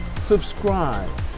subscribe